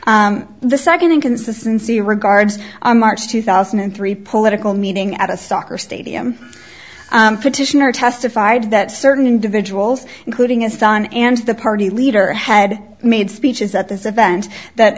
death the second inconsistency regards a march two thousand and three political meeting at a soccer stadium petitioner testified that certain individuals including his son and the party leader had made speeches at this event that